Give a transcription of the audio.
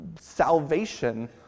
salvation